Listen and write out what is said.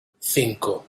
cinco